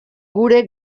gure